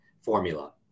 formula